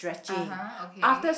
(uh huh) okay